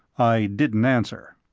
i didn't answer.